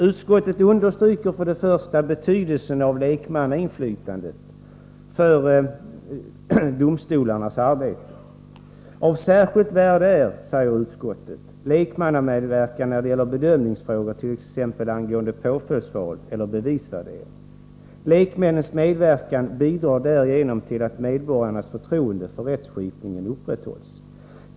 Utskottet understryker först betydelsen av lekmannainflytandet för domstolarnas arbete och anför sedan: ”Av särskilt värde är ——— lekmannamedverkan när det gäller bedömningsfrågor, t.ex. angående påföljdsval eller bevisvärdering; lekmännens medverkan bidrar därigenom till att medborgarnas förtroende för rättskipningen upprätthålls.